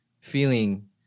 feeling